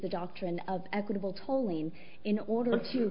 the doctrine of equitable tolling in order to